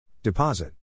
Deposit